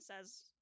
says